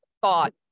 thought